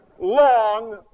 long